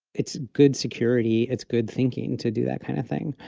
it's good security, it's good thinking to do that kind of thing.